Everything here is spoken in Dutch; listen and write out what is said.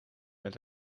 met